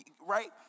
Right